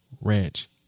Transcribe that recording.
ranch